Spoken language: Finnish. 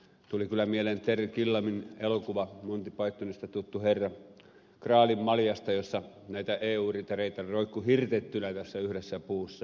tuli kyllä mieleen terry gilliamin elokuva monty pythonista tuttu herra graalin maljasta jossa näitä eu ritareita roikkui hirtettynä tässä yhdessä puussa